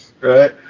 right